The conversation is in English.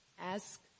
Ask